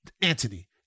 Antony